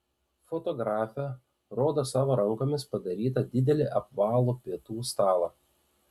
fotografė rodo savo rankomis padarytą didelį apvalų pietų stalą